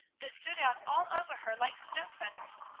that stood out all over her like snow-feathers.